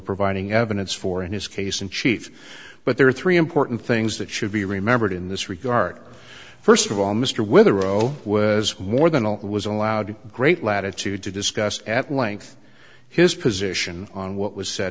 providing evidence for in his case in chief but there are three important things that should be remembered in this regard first of all mr whether oh was more than all was allowed great latitude to discuss at length his position on what was said